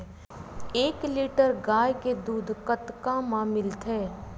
एक लीटर गाय के दुध कतका म मिलथे?